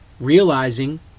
Realizing